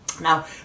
Now